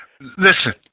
Listen